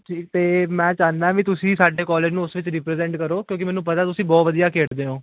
ਜੀ ਅਤੇ ਮੈਂ ਚਾਹੁੰਦਾ ਬਈ ਤੁਸੀਂ ਸਾਡੇ ਕਾਲਜ ਨੂੰ ਉਸ ਵਿੱਚ ਰਿਪ੍ਰਜੈਂਟ ਕਰੋ ਕਿਉਂਕਿ ਮੈਨੂੰ ਪਤਾ ਤੁਸੀਂ ਬਹੁਤ ਵਧੀਆ ਖੇਡਦੇ ਹੋ